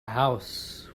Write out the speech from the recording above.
house